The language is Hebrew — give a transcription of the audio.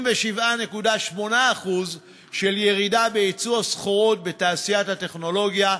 27.8% של ירידה ביצוא הסחורות בתעשיית הטכנולוגיה,